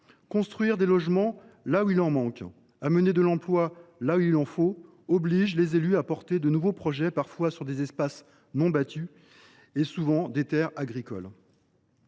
construire des logements là où il en manque, créer de l’emploi là où il en faut impose aux élus d’engager de nouveaux projets, parfois sur des espaces non bâtis, souvent des terres agricoles.